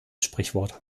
sprichwort